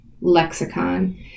lexicon